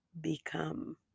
become